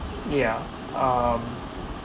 yeah um